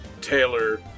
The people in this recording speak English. Taylor